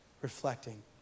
reflecting